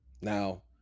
Now